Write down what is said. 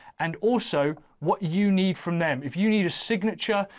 and also what you need from them if you need a signature,